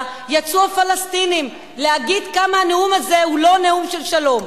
יצאו הפלסטינים להגיד כמה הנאום הזה הוא לא נאום של שלום.